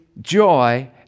joy